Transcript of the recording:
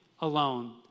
alone